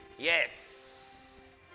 Yes